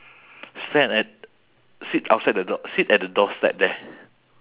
stand at sit outside the door sit at the doorstep there